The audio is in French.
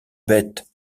bête